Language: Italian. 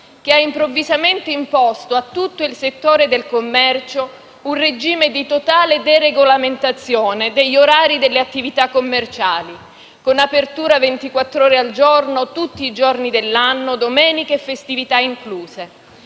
che ha improvvisamente imposto a tutto il settore del commercio un regime di totale deregolamentazione degli orari delle attività commerciali, con apertura per ventiquattro ore al giorno, tutti i giorni dell'anno, domeniche e festività incluse.